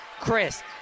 Chris